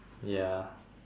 ya